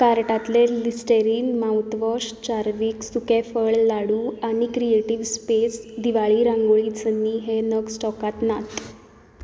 कार्टातलें Listerine mouthwash चार्वीक सुकें फळ लाडू आनी क्रिएटीव स्पेस दिवाळी रांगोळी चन्नी हे नग स्टॉकात नात